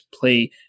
play